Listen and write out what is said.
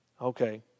Okay